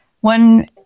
One